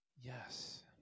yes